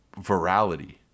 virality